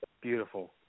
beautiful